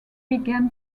began